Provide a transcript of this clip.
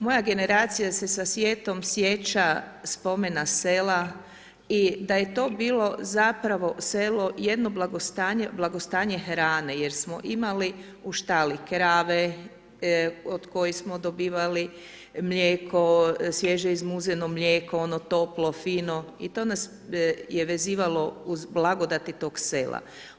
Moja generacija se sa sjetom sjeća spomena sela i da je to bilo zapravo selo jedno blagostanje hrane jer smo imali u štali krave od kojih smo dobivali mlijeko, svježe izmuzeno mlijeko, ono toplo, fino i to nas je vezivalo uz blagodati tog sela.